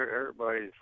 Everybody's